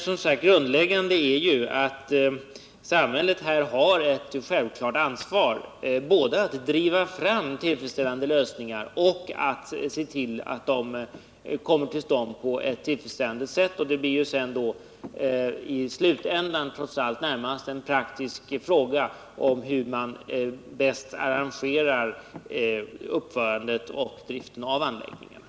Samhället har dock, som sagt, ett självklart ansvar både för att driva fram tillfredsställande lösningar och för att se till att de kommer till stånd på ett tillfredsställande sätt. Det blir i slutändan trots allt närmast en praktisk fråga om hur man bäst arrangerar uppförandet och driften av anläggningarna.